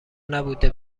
نبوده